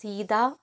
Sita